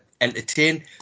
entertain